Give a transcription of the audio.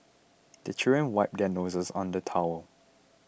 the children wipe their noses on the towel